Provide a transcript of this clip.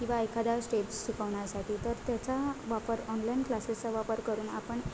किंवा एखाद्या स्टेप्स शिकवण्यासाठी तर त्याचा वापर ऑनलाईन क्लासेसचा वापर करून आपण